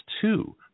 two